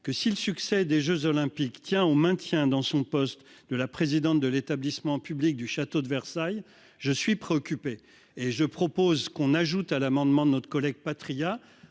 que si le succès des jeux Olympiques tient au maintien dans son poste de la présidente de l'Établissement public du château de Versailles. Je suis préoccupé et je propose qu'on ajoute à l'amendement de notre collègue Patriat